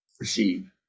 Perceive